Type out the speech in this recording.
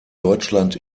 deutschland